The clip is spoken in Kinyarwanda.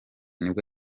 nibwo